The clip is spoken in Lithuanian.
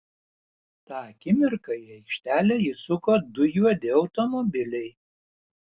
tą akimirką į aikštelę įsuko du juodi automobiliai